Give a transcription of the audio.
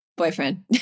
Boyfriend